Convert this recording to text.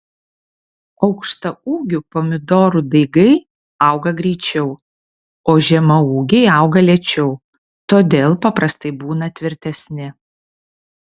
aukštaūgių pomidorų daigai auga greičiau o žemaūgiai auga lėčiau todėl paprastai būna tvirtesni